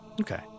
Okay